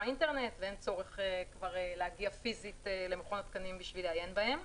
האינטרנט ואין צורך להגיע פיזית למכון התקנים כדי לעיין בהם.